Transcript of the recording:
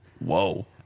whoa